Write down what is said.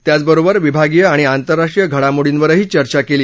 त्याचबरोबर विभागीय आणि आंतरराष्ट्रीय घडामोडींवरही चर्चा केली